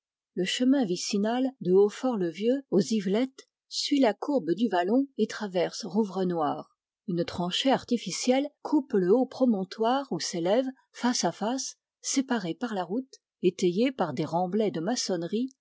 le chemin vicinal de hautfort le vieux aux yvelettes suit la courbe du vallon en traverse rouvrenoir une tranchée artificielle coupe le haut promontoire où s'élèvent face à face séparées par la route étayées par des remblais de maçonnerie